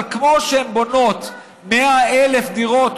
אבל כמו שהן בונות 100,000 דירות,